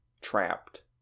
trapped